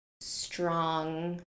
strong